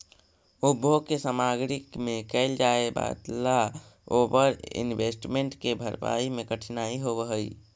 उपभोग के सामग्री में कैल जाए वालला ओवर इन्वेस्टमेंट के भरपाई में कठिनाई होवऽ हई